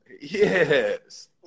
Yes